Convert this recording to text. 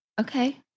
Okay